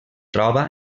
troba